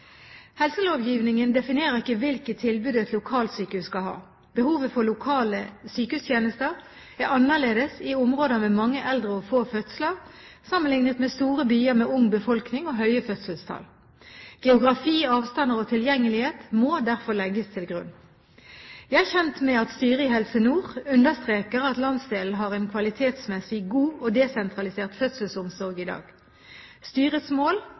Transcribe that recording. Helselovgivningen definerer ikke hvilke tilbud et lokalsykehus skal ha. Behovet for lokale sykehustjenester er annerledes i områder med mange eldre og få fødsler, sammenlignet med store byer med ung befolkning og høye fødselstall. Geografi, avstander og tilgjengelighet må derfor legges til grunn. Jeg er kjent med at styret i Helse Nord understreker at landsdelen har en kvalitetsmessig god og desentralisert fødselsomsorg i dag. Styrets mål